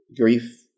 Grief